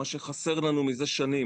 דבר שחסר לנו זה שנים